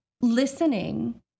listening